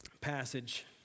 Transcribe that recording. passage